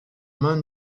main